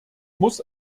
muss